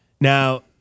Now